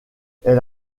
elle